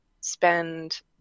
spend